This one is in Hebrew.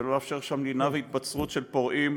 ולא לאפשר שם לינה והתבצרות של פורעים,